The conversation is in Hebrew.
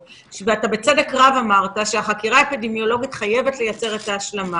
בצדק רב אמרת שהחקירה האפידמיולוגית חייבת לייצר את ההשלמה